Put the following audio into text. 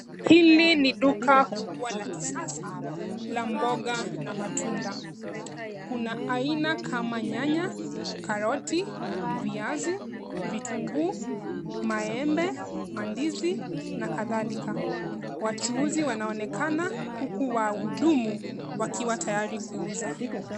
Hili ni duka kubwa la kisasa la mboga la matunda. Kuna aina kama nyanya, karoti, viazi, vitunguu, membe, mandizi na kadhalika. Wachuuzi wanaonekana huku wahudumu wakiwa tayari kuuza.